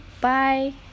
Bye